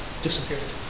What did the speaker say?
Disappeared